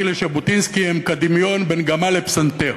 לז'בוטינסקי הוא כדמיון בין גמל לפסנתר,